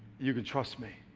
you can trust me.